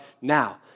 now